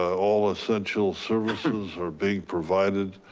all essential services are being provided.